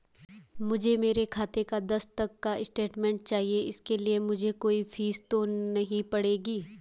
मुझे मेरे खाते का दस तक का स्टेटमेंट चाहिए इसके लिए मुझे कोई फीस तो नहीं पड़ेगी?